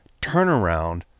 turnaround